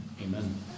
Amen